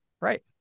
Right